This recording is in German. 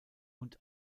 und